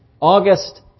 August